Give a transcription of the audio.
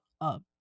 up